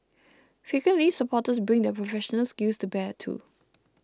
frequently supporters bring their professional skills to bear too